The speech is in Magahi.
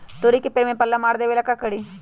तोड़ी के पेड़ में पल्ला मार देबे ले का करी?